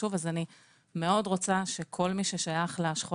אני יודעת עד כמה זה חשוב ואני מאוד רוצה שכל מי ששייך לשכול